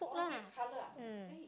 put lah mm